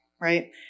right